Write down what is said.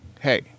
Hey